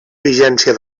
vigència